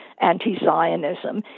anti-Zionism